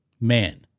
man